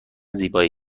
زیبایی